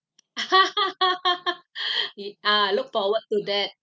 it uh look forward to that